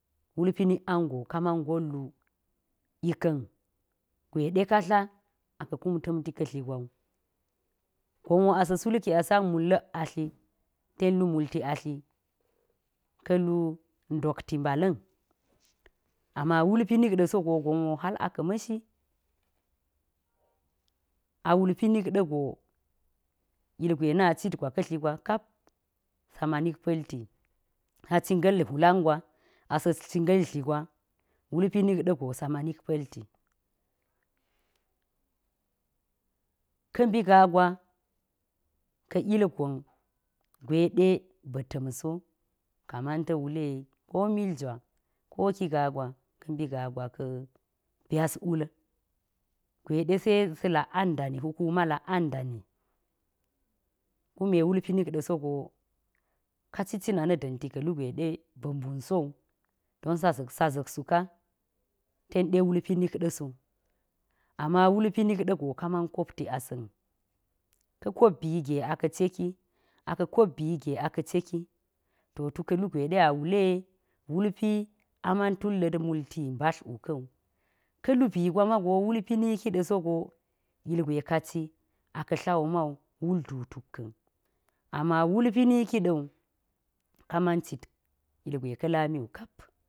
Wulpi nik ango kaman ngot lu ikan gede de ka tla a ka̱ kum tamti ka eli gwawu. Gon wo asa̱ salki asa sak mulla̱k atli ten lu multi atti ka̱ lu ngottimbala̱n ama wulpi nik ɗaso ge gon wo hal aka ma̱shi. Awulpi na̱k ɗa̱go ilgwe na citgwa ka̱ ligwa kapsa manik pa̱lti. Sacingal hwulan gwa asa̱ cingal tli gun wulpi nik ɗa̱ gisa manik pa̱lti ka̱ mbi gagwa ka̱ ilgon gwede ba̱ tamson kaman ta̱k wule ko miljwa, ko ki ga gwa ka̱ mbi ga gwa ka̱ byas wul gwe sa sa̱ lak andani, hukuma lak an dani kuma wulpi nik ɗa̱ so go kaci cina na̱ da̱nti kelengwe de ba̱ mbumso don seza̱k, sa zak suka tenɗe wulpi nik ɗa̱so. ma wulpi nik ɗa̱go ka mar kopti asa̱n, ka̱ kopi bige aka̱ ceki, akakop bige aka ceki. To tukulu de awule wulpi amantulla̱t multi mbatl wuka̱u. Ka̱ lubi gwa mago kuma wulpi ni ki de sa̱ go ilgwe kaci aka̱ tlawu mawu mulduu tak ka̱n ama wulpi niki da̱wu kaman cit ilgwe ka̱la miwu kap.